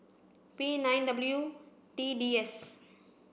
P nine W T D S